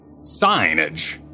signage